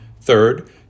Third